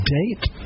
date